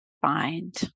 find